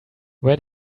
where